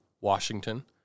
Washington